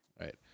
Right